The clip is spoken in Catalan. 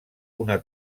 una